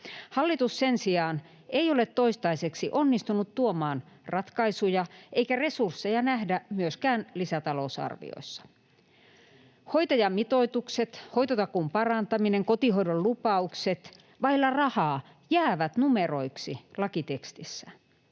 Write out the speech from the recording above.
Hallitus sen sijaan ei ole toistaiseksi onnistunut tuomaan ratkaisuja, eikä resursseja nähdä myöskään lisätalousarviossa. Hoitajamitoitukset, hoitotakuun parantaminen, kotihoidon lupaukset vailla rahaa jäävät numeroiksi lakitekstissä.